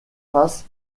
face